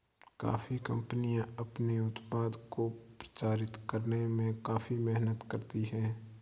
coffee कंपनियां अपने उत्पाद को प्रचारित करने में काफी मेहनत करती हैं